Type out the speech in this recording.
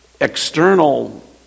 external